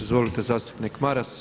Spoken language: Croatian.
Izvolite zastupnik Maras.